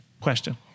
Question